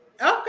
Okay